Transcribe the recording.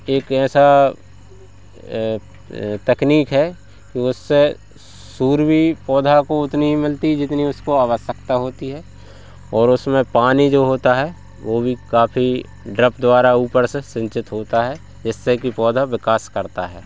एक ऐसा तकनीक है कि उससे सूर भी पौधा को उतनी ही मिलती है जितनी उसको आवश्यकता होती है और उसमें पानी जो होता है वो भी काफ़ी ड्रप द्वारा ऊपर से सिंचित होता है जिससे कि पौधा विकास करता है